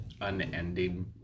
unending